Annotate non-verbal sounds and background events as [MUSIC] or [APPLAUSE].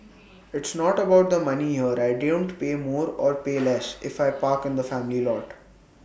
it's not about the money here I don't pay more or pay [NOISE] less if I park in the family lot